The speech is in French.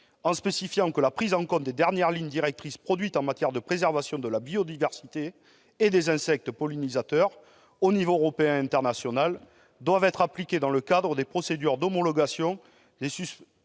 en spécifiant que les dernières lignes directrices produites en matière de préservation de la biodiversité et des insectes pollinisateurs, au niveau européen et international, doivent être prises en compte et appliquées dans le cadre des procédures d'homologation